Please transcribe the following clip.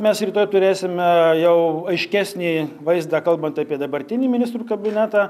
mes rytoj turėsime jau aiškesnį vaizdą kalbant apie dabartinį ministrų kabinetą